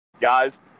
guys